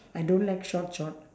I don't like short short